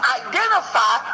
identify